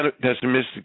pessimistic